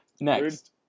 Next